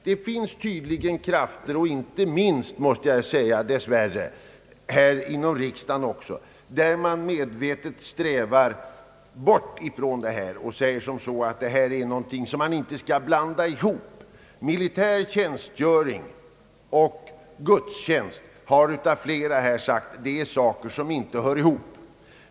Det finns tydligen krafter — dessvärre måste jag säga — inom riksdagen också, som medvetet strävar bort från denna frågeställning om korum och säger att detta är någonting som man inte skall blanda ihop, militär tjänstgöring och gudstjänst — det har sagts av många här.